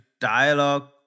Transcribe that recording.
dialogue